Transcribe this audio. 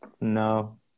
no